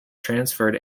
transferred